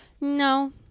No